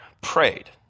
prayed